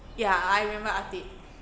ya I remember ateeb